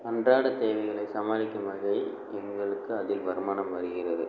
அன்றாட தேவைகளை சமாளிக்கும் வகை எங்களுக்கு அதிக வருமானம் வருகிறது